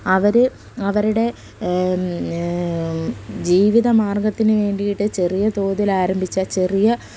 അവർ അവരുടെ ജീവിത മാർഗ്ഗത്തിന് വേണ്ടിയിട്ട് ചെറിയ തോതിൽ ആരംഭിച്ച ചെറിയ